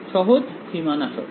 সহজ সীমানা শর্ত